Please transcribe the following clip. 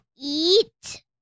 eat